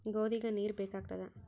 ಗೋಧಿಗ ನೀರ್ ಬೇಕಾಗತದ?